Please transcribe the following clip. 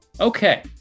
Okay